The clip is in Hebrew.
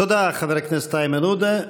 תודה, חבר הכנסת איימן עודה.